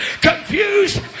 confused